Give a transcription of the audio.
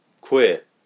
quit